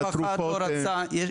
את התרופות -- חברים,